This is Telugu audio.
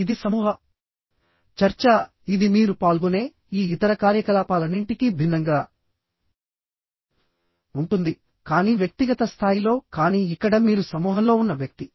ఇది సమూహ చర్చ ఇది మీరు పాల్గొనే ఈ ఇతర కార్యకలాపాలన్నింటికీ భిన్నంగా ఉంటుంది కానీ వ్యక్తిగత స్థాయిలో కానీ ఇక్కడ మీరు సమూహంలో ఉన్న వ్యక్తి